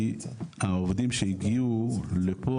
כי העובדים שהגיעו לפה,